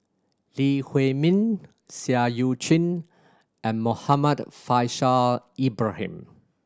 Lee Huei Min Seah Eu Chin and Muhammad Faishal Ibrahim